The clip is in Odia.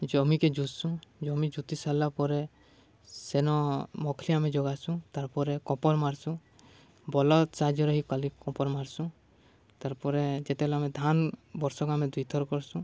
ଜମିିକେ ଜୁତ୍ସୁଁ ଜମି ଜୁତି ସାରିଲା ପରେ ସେନ ମଖଲି ଆମେ ଜଗାସୁଁ ତାର୍ ପରେ କପଲ ମାରସୁଁ ବଲଦ୍ ସାହାଯ୍ୟରେ ହି କାଲି କପର ମାରସୁଁ ତାର୍ ପରେ ଯେତେବେଲେ ଆମେ ଧାନ ବର୍ଷକୁ ଆମେ ଦୁଇଥର କରସୁଁ